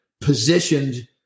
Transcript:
positioned